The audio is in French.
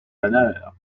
honneur